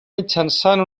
mitjançant